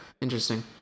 Interesting